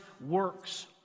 works